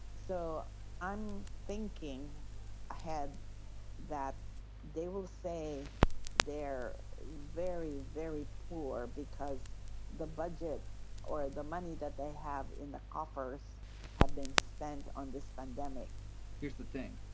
so i'm thinking ahead that they will say they're very, very poor because the budget or the money that they have in the coffers have been spent on this pandemic here's the thing.